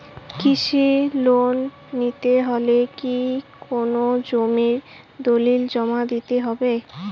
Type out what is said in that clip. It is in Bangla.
কৃষি লোন নিতে হলে কি কোনো জমির দলিল জমা দিতে হবে?